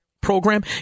program